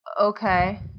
Okay